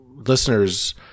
Listeners